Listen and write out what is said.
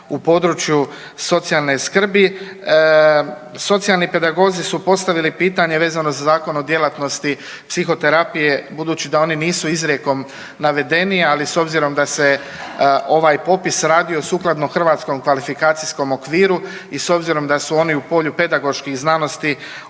u području socijalne skrbi. Socijalni pedagozi su postavili pitanje vezano za Zakon o djelatnosti psihoterapije, budući da oni nisu izrijekom navedeni, ali s obzirom da se ovaj popis radio sukladno Hrvatskom kvalifikacijskom okviru i s obzirom da su oni u polju pedagoških znanosti